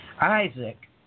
Isaac